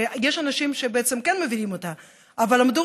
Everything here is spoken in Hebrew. שיש אנשים שבעצם כן מבינים אותה אבל למדו